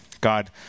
God